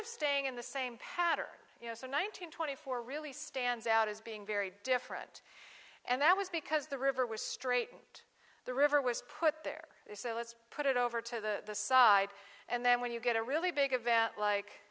staying in the same pattern you know so nineteen twenty four really stands out as being very different and that was because the river was straight and the river was put there they say let's put it over to the side and then when you get a really big event like